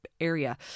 area